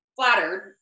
flattered